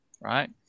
right